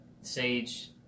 Sage